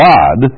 God